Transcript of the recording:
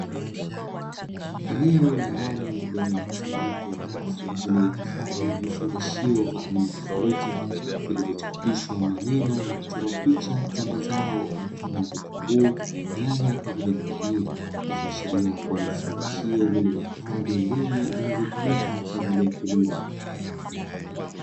Eneo la ndani lenye mkusanyiko wa rafu zinazohifadhi vifungashio vya aina tofauti, vilivyochapishwa maneno na kuchorwa picha za mazao mfano wa vitunguu, nyanya pamoja na bamia; vikiashiria kuwa ni vifungashio vilivyohifadhi mbegu zinazotumika kwa ajili ya kilimo.